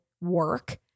work